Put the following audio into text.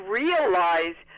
realize